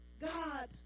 God